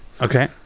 Okay